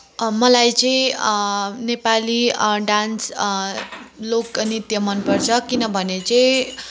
मलाई चाहिँ नेपाली डान्स लोकनृत्य मनपर्छ किनभने चाहिँ